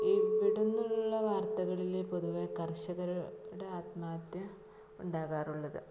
ഇവിടുന്നുള്ള വാര്ത്തകളിൽ പൊതുവെ കര്ഷകരുടെ ആത്മഹത്യ ഉണ്ടാകാറുള്ളത്